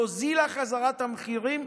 והורידה חזרה את המחירים,